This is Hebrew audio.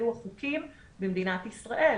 אלו החוקים במדינת ישראל.